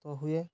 ତ ହୁଏ